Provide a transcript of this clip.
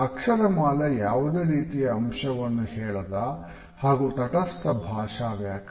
ಅಕ್ಷರಮಾಲೆ ಯಾವುದೇ ರೀತಿಯ ಅಂಶವನ್ನು ಹೇಳದ ಹಾಗು ತಟಸ್ಥ ಭಾಷಾ ವ್ಯಾಕರಣ